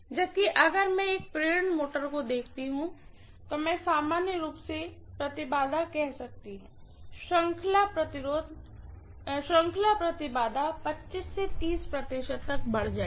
जबकि अगर मैं एक प्रेरण मोटर को देखती हूँ तो मैं सामान्य रूप से इम्पीडेन्स कह सकती हूँ श्रृंखला इम्पीडेन्स से प्रतिशत तक बढ़ जाएगी